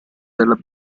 della